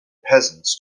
peasants